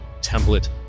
template